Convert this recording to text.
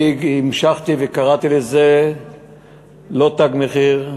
אני המשכתי וקראתי לזה לא "תג מחיר"